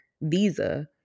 visa